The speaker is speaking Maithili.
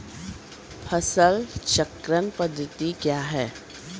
फसल चक्रण पद्धति क्या हैं?